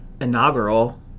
inaugural